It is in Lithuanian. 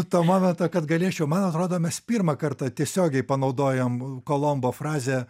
to momento kad galėčiau man atrodo mes pirmą kartą tiesiogiai panaudojom kolombo frazę